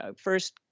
first